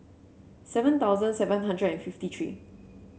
seven thousand seven hundred and fifty three